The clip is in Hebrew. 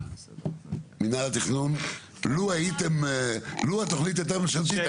ומינהל התכונן גם חושב שזה בסדר.